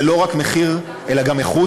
זה לא רק מחיר אלא גם איכות.